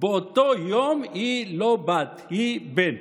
באותו יום היא לא בת, היא בן.